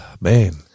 man